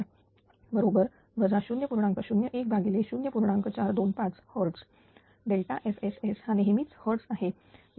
425 Hz FSS हा नेहमीच hertz आहे